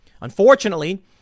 Unfortunately